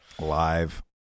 live